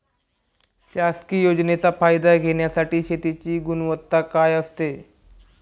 शासकीय योजनेचा फायदा घेण्यासाठी शेतीची गुणवत्ता काय असते?